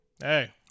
Hey